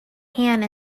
hand